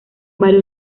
varios